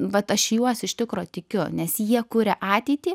vat aš juos iš tikro tikiu nes jie kuria ateitį